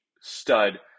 stud